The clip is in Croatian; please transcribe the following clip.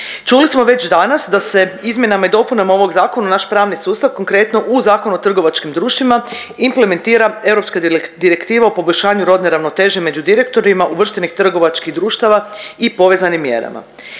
Čuli smo već danas da se izmjenama i dopunama ovog zakona naš pravni sustav, konkretno u Zakon o trgovačkim društvima implementira europska Direktiva o poboljšanju rodne ravnoteže među direktorima uvrštenih trgovačkih društava i povezanim mjerama.